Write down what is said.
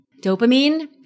Dopamine